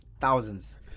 thousands